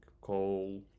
coal